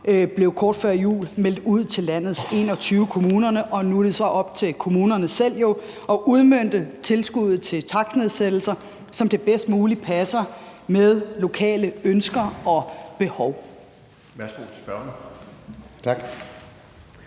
kr. kort før jul blev meldt ud til de 21 kommuner, og nu er det så op til kommunerne selv at udmønte tilskuddet til takstnedsættelser, som det bedst muligt passer med lokale ønsker og behov.